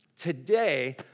Today